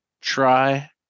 Try